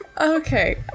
Okay